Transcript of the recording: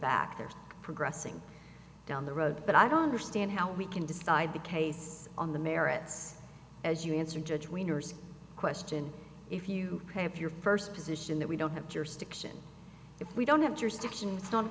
back there's progressing down the road but i don't understand how we can decide the case on the merits as you answer judge wieners question if you have your first position that we don't have jurisdiction if we don't have